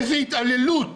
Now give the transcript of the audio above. איזו התעללות,